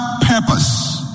purpose